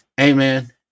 Amen